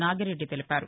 నాగిరెడ్డి తెలిపారు